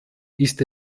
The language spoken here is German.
ist